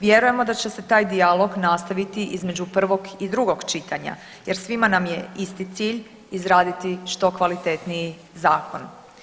Vjerujemo da će se taj dijalog nastaviti između prvog i drugog čitanja jer svima nam je isti cilj izraditi što kvalitetniji zakon.